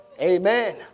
Amen